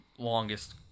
longest